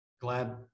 Glad